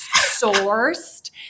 sourced